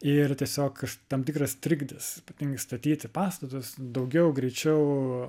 ir tiesiog tam tikras trikdis ypatingai statyti pastatus daugiau greičiau